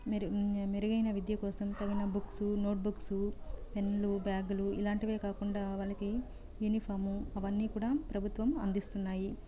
మెరు మెరుగైన విద్య కోసం తగిన బుక్స్ నోట్ బుక్స్ పెన్నులు బ్యాగులు ఇలాంటి కాకుండా వాళ్ళకి యూనిఫామ్ అవన్నీ కూడా ప్రభుత్వం అందిస్తున్నాయి